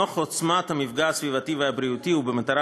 נוכח עוצמת המפגע הסביבתי והבריאותי ובמטרה